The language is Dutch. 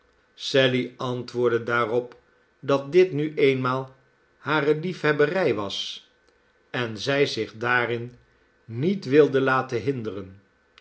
sally antwoordde daarop dat dit nu eenmaal hare lief hebberij was en zij zich daarin niet wilde laten hinderen